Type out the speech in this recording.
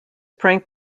prank